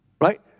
right